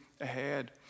ahead